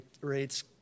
rates